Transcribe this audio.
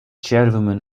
chairwoman